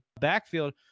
backfield